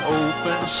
open